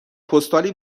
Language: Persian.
پستالی